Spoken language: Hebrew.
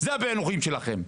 אלה הפיענוחים שלכם.